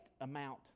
amount